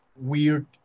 weird